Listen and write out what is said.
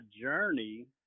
journey